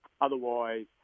Otherwise